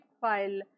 file